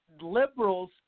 liberals